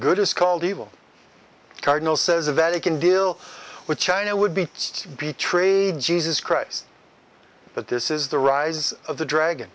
good is called evil cardinal says a vatican deal with china would be betrayed jesus christ but this is the rise of the dragon